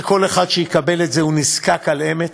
שכל אחד שהתקבל לזה הוא נזקק על אמת.